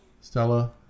Stella